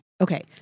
okay